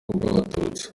bw’abatutsi